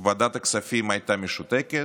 אבל ועדת הכספים הייתה משותקת,